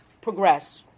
progress